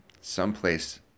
someplace